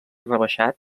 rebaixat